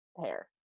hair